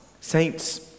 Saints